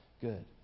good